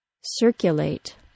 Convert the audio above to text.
circulate